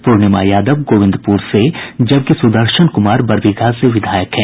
पूर्णिमा यादव गोविंपुर से जबकि सुदर्शन कुमार बरबीघा से विधायक हैं